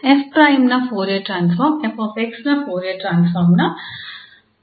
𝑓′ ನ Fourier transform 𝑓𝑥 ನ Fourier transform ನ −𝑖𝛼 ಎಂದು ಹೇಳುತ್ತದೆ